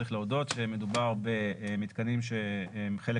צריך להודות שמדובר במתקנים שהם חלק